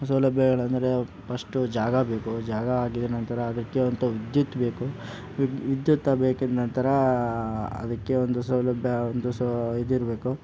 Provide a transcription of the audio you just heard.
ಸೌಲಭ್ಯಗಳೆಂದರೆ first ಜಾಗ ಬೇಕು ಜಾಗ ಆಗಿದ ನಂತರ ಅದಕ್ಕೆ ಅಂತ ವಿದ್ಯುತ್ ಬೇಕು ವಿದ್ಯುತ್ ಬೇಕಿದ್ ನಂತರ ಅದಕ್ಕೆ ಒಂದು ಸೌಲಭ್ಯ ಒಂದು ಇದಿರಬೇಕು